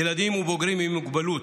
ילדים ובוגרים עם מוגבלות,